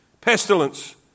pestilence